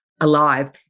alive